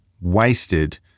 wasted